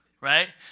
Right